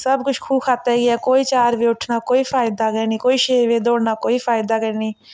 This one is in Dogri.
सब कुछ खूह् खाते च गेआ कोई चार बजे उट्ठना कोई फायदा गै नी कोई छे बजे दौड़ना कोई फायदा गै नी